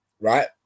Right